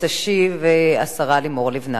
תשיב השרה לימור לבנת,